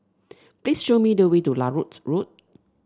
please show me the way to Larut Road